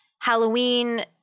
Halloween